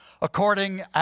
according